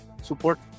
Support